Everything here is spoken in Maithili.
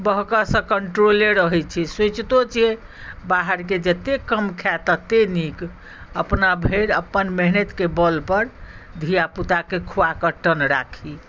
बहकयसँ कंट्रोले रहैत छै सोचितो छियै बाहरके जतेक कम खाए ततेक नीक अपना भरि अपन मेहनतिके बलपर धियापुताके खुआ कऽ टन राखी